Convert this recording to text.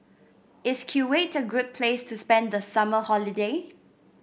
is Kuwait a great place to spend the summer holiday